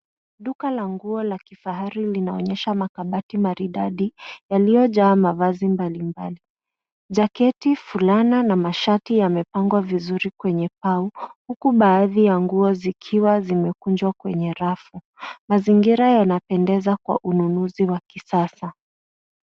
Duka la nguo la kifahari linaonyesha makabati maridadi yaliyojaa mavazi mbalimbali. Jaketi, fulana na mashati yamepangwa vizuri kwenye pau huku baadhi ya nguo zikiwa zimekunjwa kwenye rafu. Mazingira yanapendeza kwa ununuzi wa kisasa.